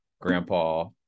grandpa